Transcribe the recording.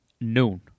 noon